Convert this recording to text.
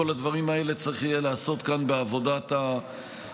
את כל הדברים האלה יהיה צריך לעשות כאן בעבודת הוועדה.